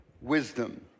wisdom